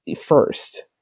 first